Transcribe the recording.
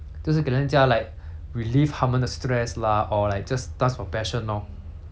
就是给人家 like relieve 他们的 stress lah or like just dance from passion lor